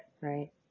right